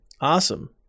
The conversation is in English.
Awesome